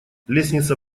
лестница